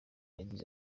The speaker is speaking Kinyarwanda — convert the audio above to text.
yagize